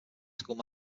school